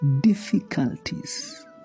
difficulties